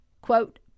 Quote